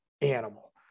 animal